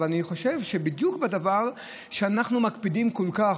אבל אני חושב שבדיוק בדבר שאנחנו מקפידים בו כל כך,